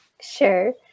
Sure